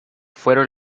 fueron